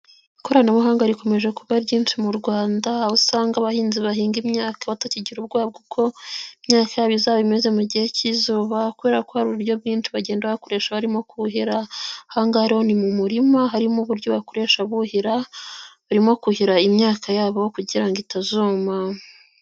Ikoranabuhanga rikomeje kuba ryinshi mu rwanda aho usanga abahinzi bahinga imyaka batakigira ubwoba uko imyaka yabo izaba imeze mu gihe cy'izuba kubera ko hari uburyo bwinshi bagenda bakoresha harimo kuhira hangaroni mu murima harimo uburyo bakoresha buhira barimo kuhira imyaka yabo kugira itazomaywa.